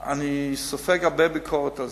אני סופג הרבה ביקורת על